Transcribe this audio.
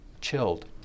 chilled